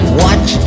watch